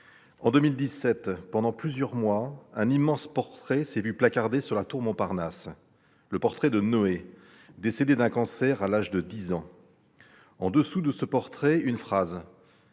en 2017, pendant plusieurs mois, un immense portrait a été placardé sur la tour Montparnasse : celui de Noé décédé d'un cancer à l'âge de dix ans. En dessous de ce portrait, il y